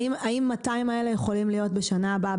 האם ה-200 האלה יכולים להיות בשנה הבאה,